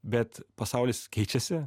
bet pasaulis keičiasi